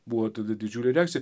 buvo tada didžiulė reakcija